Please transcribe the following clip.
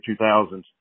2000s